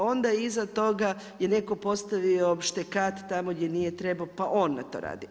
Onda je iza toga, je netko postavio štekat tamo gdje nije trebao, pa on na to radi.